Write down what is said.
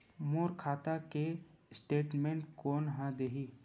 मोर खाता के स्टेटमेंट कोन ह देही?